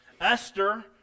Esther